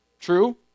True